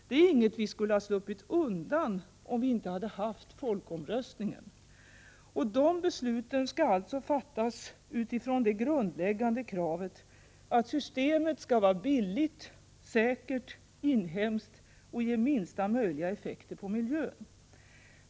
De är inget vi skulle ha sluppit undan om vi inte haft folkomröstningen. De besluten skall alltså fattas utifrån det grundläggande kravet att systemet skall vara billigt, säkert, inhemskt och ge minsta möjliga effekter på miljön.